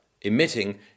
emitting